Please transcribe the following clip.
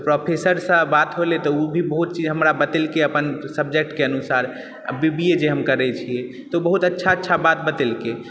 professor सँ बात होलै तऽ ओ भी बहुत चीज हमरा बतेलकै अपन सबजेक्ट के अनुसार आ बी बी ए जे हम करै छियै तऽ बहुत अच्छा अच्छा बात बतेलकै